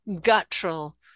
guttural